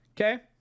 okay